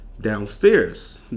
downstairs